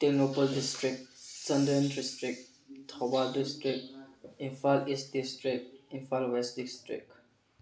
Tengnoupal district Chandel district Thoubal district Imphal East district Imphal West district